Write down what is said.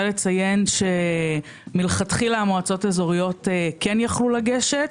לציין שלכתחילה המועצות האזוריות כן יכלו לגשת.